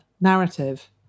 narrative